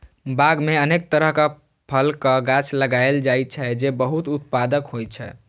बाग मे अनेक तरहक फलक गाछ लगाएल जाइ छै, जे बहुत उत्पादक होइ छै